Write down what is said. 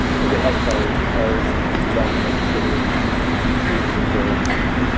because it helps our our youth development educators communicate their impact.